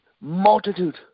multitude